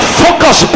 focus